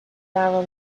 narrow